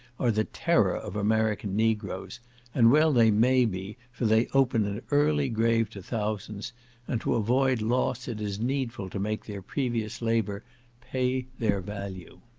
are the terror of american negroes and well they may be, for they open an early grave to thousands and to avoid loss it is needful to make their previous labour pay their value.